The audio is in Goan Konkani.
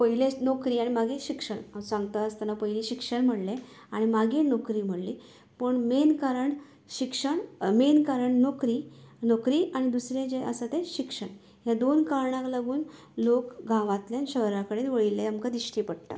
पयली नोकरी आनी मागीर शिक्षण हांव सांगता आसतना पयली शिक्षण म्हणले आनी मागीर नोकरी म्हणली पूण मेन कारण शिक्षण मेन कारण नोकरी आनी दुसरें जे आसा तें शिक्षण ह्या दोन कारणाक लागून लोक गांवांतल्यान शहरां कडेन वळिल्ले आमकां दिश्टी पडटा